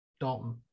Dalton